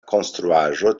konstruaĵo